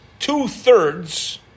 two-thirds